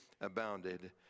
abounded